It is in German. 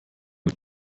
mit